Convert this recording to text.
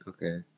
Okay